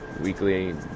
weekly